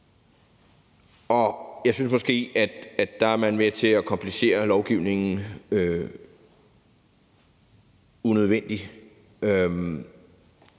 Jeg synes måske, at man dér er med til at komplicere lovgivningen unødvendigt.